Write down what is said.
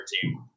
team